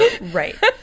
Right